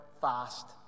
fast